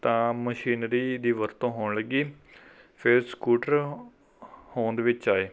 ਤਾਂ ਮਸ਼ੀਨਰੀ ਦੀ ਵਰਤੋਂ ਹੋਣ ਲੱਗੀ ਫਿਰ ਸਕੂਟਰ ਹੋਂਦ ਵਿੱਚ ਆਏ